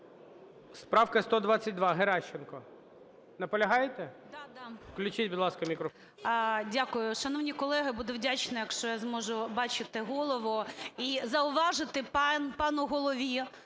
Правка 122, Геращенко. Наполягаєте? Включіть, будь ласка, мікрофон. 11:11:54 ГЕРАЩЕНКО І.В. Дякую. Шановні колеги, буду вдячна, якщо я зможу бачити Голову і зауважити пану Голові.